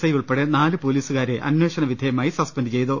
I ഉൾപ്പെടെ നാലു പ്പൊലീസുകാരെ അന്വേഷണവിധേയമായി സസ്പെന്റ് ചെയ്തു